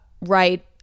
right